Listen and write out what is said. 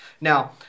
Now